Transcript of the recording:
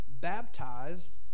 baptized